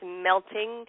melting